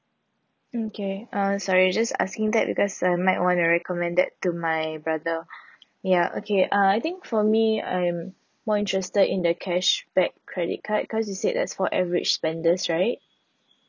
okay uh sorry just asking that because I might want to recommend that to my brother ya okay uh I think for me I am more interested in the cashback credit card cause you said that's for average spenders right